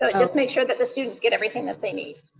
and just makes sure that the students get everything that they need.